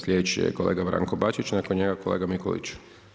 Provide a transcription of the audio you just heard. Sljedeći je kolega Branko Bačić, nakon njega kolega Mikulić.